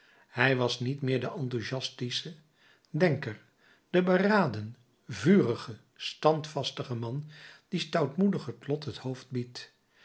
hij was niet meer de enthusiastische denker de beraden vurige standvastige man die stoutmoedig het lot het hoofd biedt